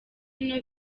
ino